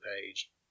page